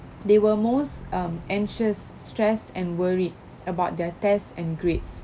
they were most um anxious stressed and worried about their tests and grades